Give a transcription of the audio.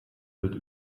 wird